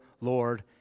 Lord